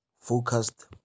focused